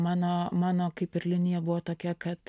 mano mano kaip ir linija buvo tokia kad